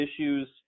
issues